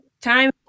Time